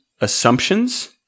assumptions